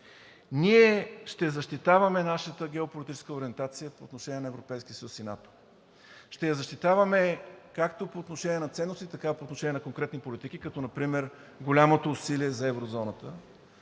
Ние ще защитаваме нашата геополитическа ориентация по отношение на Европейския съюз и НАТО. Ще я защитаваме както по отношение на ценностите, така и по отношение на конкретните политики, като например голямото усилие за еврозоната,